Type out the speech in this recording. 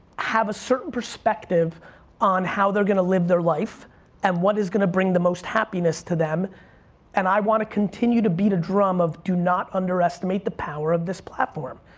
have a certain perspective on how they're gonna live their life and what is gonna bring the most happiness to them and i wanna continue to beat a drum of do not underestimate the power of this platform.